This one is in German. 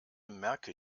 merke